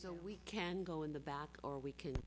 so we can go in the back or we can